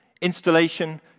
installation